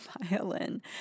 violin